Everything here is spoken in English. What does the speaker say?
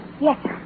Yes